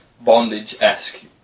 bondage-esque